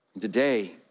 Today